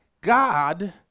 God